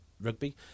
Rugby